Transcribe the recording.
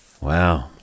wow